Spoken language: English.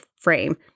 frame